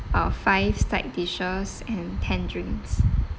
uh five side dishes and ten drinks